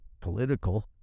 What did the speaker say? political